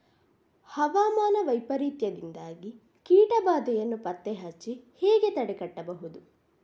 ಹವಾಮಾನ ವೈಪರೀತ್ಯದಿಂದಾಗಿ ಕೀಟ ಬಾಧೆಯನ್ನು ಪತ್ತೆ ಹಚ್ಚಿ ಹೇಗೆ ತಡೆಗಟ್ಟಬಹುದು?